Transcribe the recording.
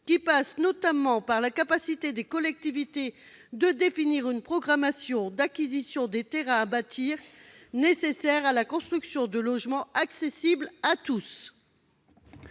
qui passent notamment par la capacité des collectivités à définir une programmation d'acquisition des terrains à bâtir, nécessaire à la construction de logements accessibles à tous.